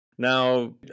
Now